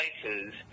places